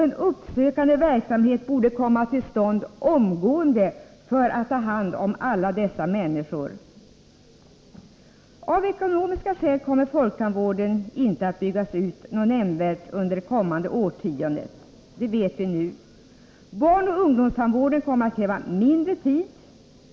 En uppsökande verksamhet borde omgående komma till stånd för att ta hand om alla dessa människor. Av ekonomiska skäl kommer folktandvården inte att nämnvärt byggas ut under det kommande årtiondet. Det vet vi nu. Barnoch ungdomstandvården kommer att kräva mindre tid.